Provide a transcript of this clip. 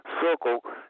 circle